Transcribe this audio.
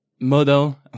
model